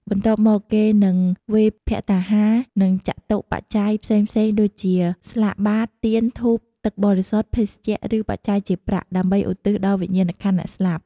បន្ទាប់មក គេនឹង វេរភត្តាហារ និងចតុប្បច្ច័យ ផ្សេងៗដូចជា ស្លាកបាត្រ ទៀន ធូប ទឹកបរិសុទ្ធ ភេសជ្ជៈ ឬ បច្ច័យជាប្រាក់ ដើម្បីឧទ្ទិសដល់វិញ្ញាណក្ខន្ធអ្នកស្លាប់។